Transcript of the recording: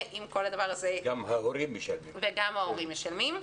וגם ההורים משלמים.